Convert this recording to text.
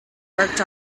worked